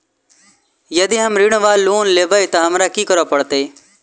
यदि हम ऋण वा लोन लेबै तऽ हमरा की करऽ पड़त?